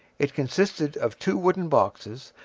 it consisted of two wooden boxes,